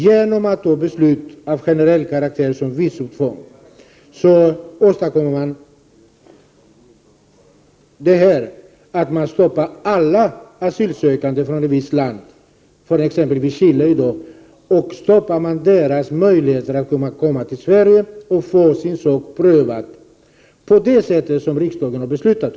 Genom att ta beslut av generell karaktär, som det om visumtvång, stoppar man alla asylsökande från ett visst land, exempelvis Chile. De får ingen möjlighet att komma till Sverige och få sin sak prövad på det sätt som riksdagen har beslutat om.